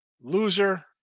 loser